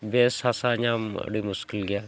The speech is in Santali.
ᱵᱮᱥ ᱦᱟᱥᱟ ᱧᱟᱢ ᱟᱹᱰᱤ ᱢᱩᱥᱠᱤᱞ ᱜᱮᱭᱟ